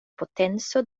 potenco